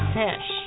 fish